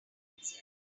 itself